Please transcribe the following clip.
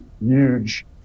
huge